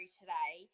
today